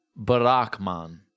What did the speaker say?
Barakman